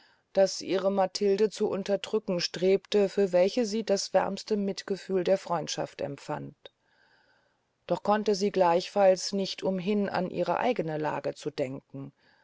das ihre matilde zu unterdrücken strebte für welche sie das wärmste mitgefühl der freundschaft empfand doch konnte sie gleichfalls nicht umhin an ihre eigene lage zu denken